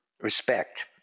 respect